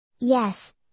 Yes